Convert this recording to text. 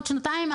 עוד שנתיים.